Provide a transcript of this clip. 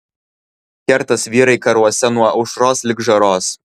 kertas vyrai karuose nuo aušros lig žaros